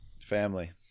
family